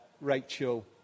Rachel